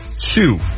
two